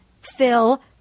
Phil